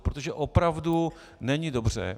Protože opravdu není dobře.